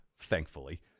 thankfully